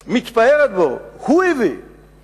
ובפעם הבאה לא יהיה לך גיבוי בין-לאומי לזה.